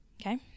Okay